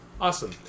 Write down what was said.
Awesome